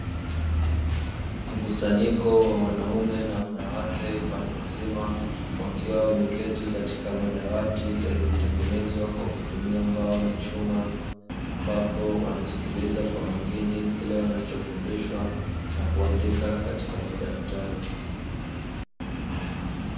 Mkusanyiko wa wanaume na wanawake watu wazima wakiwa wameketi katika madawati yaliyotengenezwa kwa kutumia mbao na chuma, ambapo wanasikiliza kwa makini kile wanachofundishwa na kuandika katika madaftari.